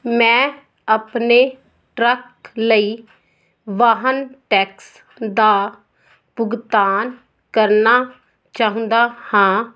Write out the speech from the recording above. ਮੈਂ ਆਪਣੇ ਟਰੱਕ ਲਈ ਵਾਹਨ ਟੈਕਸ ਦਾ ਭੁਗਤਾਨ ਕਰਨਾ ਚਾਹੁੰਦਾ ਹਾਂ